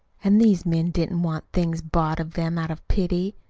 and these men didn't want things bought of them out of pity.